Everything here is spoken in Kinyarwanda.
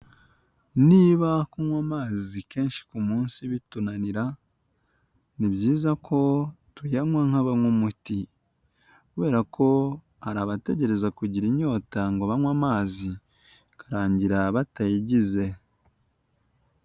Niba kunywa amazi kenshi ku munsi bitunanira, ni byiza ko tuyanywa nk'abanywa umuti, kubera ko hari abategereza kugira inyota ngo banywe amazi bikarangira batayigize.